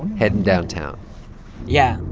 heading downtown yeah.